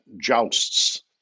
jousts